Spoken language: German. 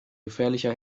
gefährlicher